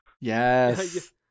yes